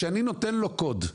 כשאני נותן לו קוד,